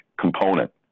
component